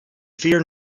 fear